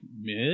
mid